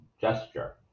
gesture